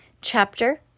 Chapter